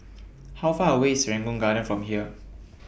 How Far away IS Serangoon Garden from here